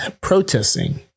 Protesting